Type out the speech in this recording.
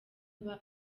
aba